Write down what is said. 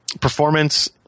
Performance